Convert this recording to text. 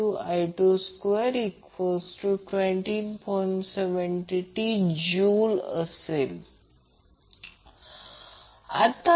तर जर या प्रकरणात हे 0 पासून सुरू होत असेल तर ते I आहे